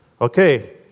Okay